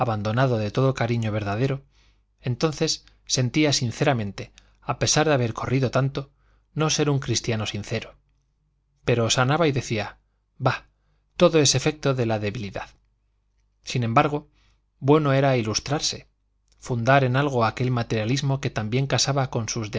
abandonado de todo cariño verdadero entonces sentía sinceramente a pesar de haber corrido tanto no ser un cristiano sincero pero sanaba y decía bah todo eso es efecto de la debilidad sin embargo bueno era ilustrarse fundar en algo aquel materialismo que tan bien casaba con sus